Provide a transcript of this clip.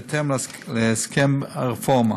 בהתאם להסכם הרפורמה.